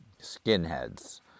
skinheads